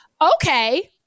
Okay